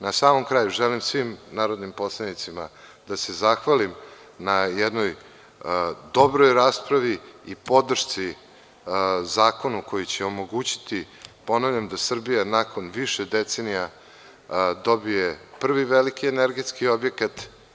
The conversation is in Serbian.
Na samom kraju želim svim narodnim poslanicima da se zahvalim na jednoj dobroj raspravi i zakonu koji će omogućiti da Srbija nakon više decenija dobije prvi veliki energetski objekat.